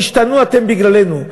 תשתנו אתם בגללנו.